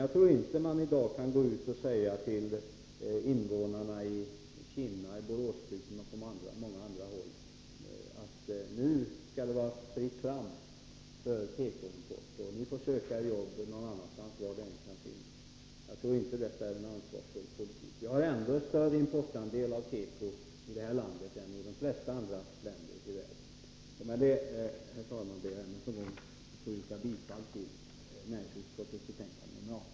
Jag tror inte att man i dag kan gå ut och säga till invånarna i Kinna, i Boråsbygden och på många andra håll att det nu skall vara fritt fram för tekoimport, att de får söka sig jobb någon annanstans, var de än kan finnas. Jag tror inte att det vore en ansvarsfull politik. Vi har ändå en större importandel när det gäller tekovaror i det här landet än de flesta andra länder i världen. Med detta, herr talman, ber jag att få yrka bifall till hemställan i näringsutskottets betänkande 18.